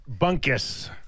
Bunkus